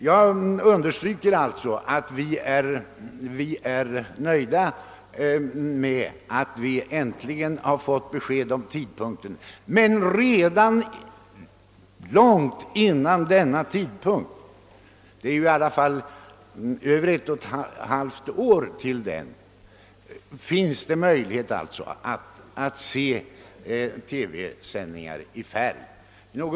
Jag understryker alltså att vi är nöjda med att äntligen ha fått besked om tidpunkten. Men redan långt före denna tidpunkt — det är dock över ett och ett halvt år till den — finns det möjlighet att se TV-sändningar i färg.